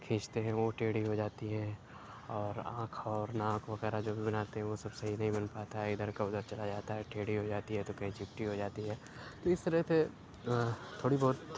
کھینچتے ہیں وہ ٹیڑھی ہو جاتی ہیں اور آنکھ اور ناک وغیرہ جو بھی بناتے ہیں وہ سب صحیح نہیں بن پاتا ہے اِدھر کا اُدھر چلا جاتا ہے ٹیرھی ہو جاتی ہے تو کہیں چپٹی ہو جاتی ہے تو اِس طرح پہ تھوڑی بہت